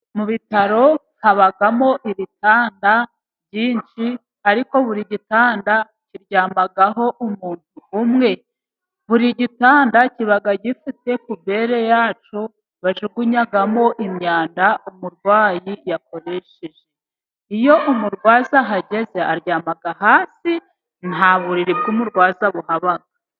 Mu bitaro habamo ibitanda byinshi ariko buri gitanda kiryamaho umuntu umwe, buri gitanda kiba gifite pubele yacyo bajugunyamo imyanda umurwayi yakoresheje, iyo umurwaza ahageze aryama hasi nta buriri bw'umurwaza buhaba.